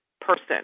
person